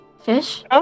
Fish